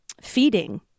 feeding